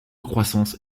croissance